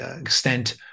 extent